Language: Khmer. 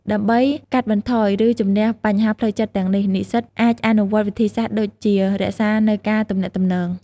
ដើម្បីកាត់បន្ថយ ឬជម្នះបញ្ហាផ្លូវចិត្តទាំងនេះ និស្សិតអាចអនុវត្តវិធីសាស្រ្តដូចជា រក្សានូវការទំនាក់ទំនង។